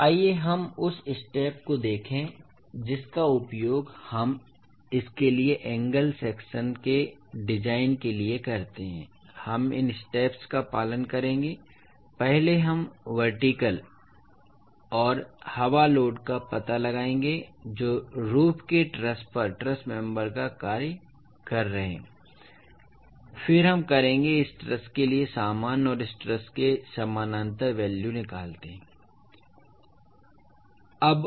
तो आइए हम उस स्टेप को देखें जिसका उपयोग हम इसके लिए एंगल सेक्शनस के डिजाइन के लिए करते हैं हम इन स्टेप्स का पालन करेंगे पहले हम वर्टीकल और हवा लोड का पता लगाएंगे जो रूफ के ट्रस पर ट्रस मेम्बर पर कार्य कर रहे हैं फिर हम करेंगे इस ट्रस के लिए सामान्य और इस ट्रस के समानांतर वैल्यू निकालते हैं ठीक है